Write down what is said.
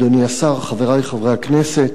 אדוני השר, חברי חברי הכנסת,